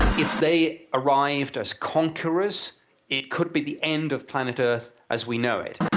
if they arrived as conquerors it could be the end of planet earth as we know it